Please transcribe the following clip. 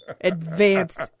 advanced